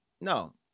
No